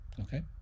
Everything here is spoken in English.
okay